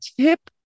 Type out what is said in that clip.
tip